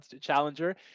challenger